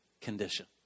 condition